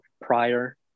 prior